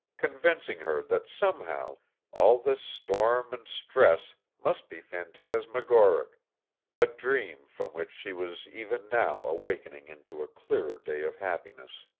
convincing her that somehow all this storm and stress must be phantasmagoric a dream from which she was even now awakening into a clearer day of happiness.